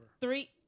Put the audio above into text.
Three